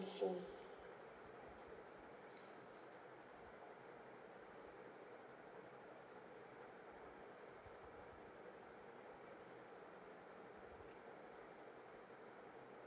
in full